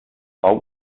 baum